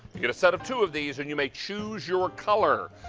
get a set of two of these and you may choose your color.